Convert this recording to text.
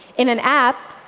in an app,